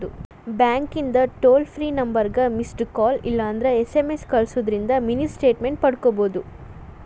ಬ್ಯಾಂಕಿಂದ್ toll free ನಂಬರ್ಗ missed call ಇಲ್ಲಂದ್ರ ಎಸ್.ಎಂ.ಎಸ್ ಕಲ್ಸುದಿಂದ್ರ ಮಿನಿ ಸ್ಟೇಟ್ಮೆಂಟ್ ಪಡ್ಕೋಬೋದು